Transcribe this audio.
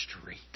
street